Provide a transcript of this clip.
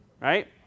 right